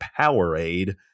Powerade